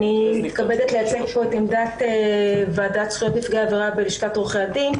אני מתכבדת לייצג פה את עמדת ועדת זכויות נפגעי עבירה בלשכת עורכי הדין,